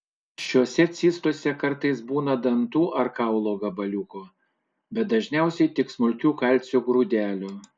šiose cistose kartais būna dantų ar kaulo gabaliukų bet dažniausiai tik smulkių kalcio grūdelių